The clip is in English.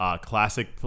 Classic